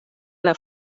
alla